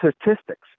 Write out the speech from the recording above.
statistics